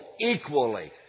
equally